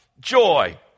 Joy